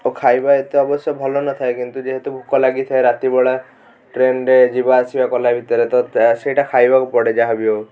ଓ ଖାଇବା ଏତେ ଅବଶ୍ୟ ଭଲ ନ ଥାଏ କିନ୍ତୁ ଯେହେତୁ ଭୋକ ଲାଗିଥାଏ ରାତିବେଳା ଟ୍ରେନ୍ରେ ଯିବା ଆସିବା କଲା ଭିତରେ ତ ସେଇଟା ଖାଇବାକୁ ପଡ଼େ ଯାହା ବି ହଉ